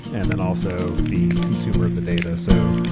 and then also the consumer of the data. so,